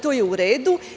To je u redu.